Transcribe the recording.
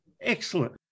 Excellent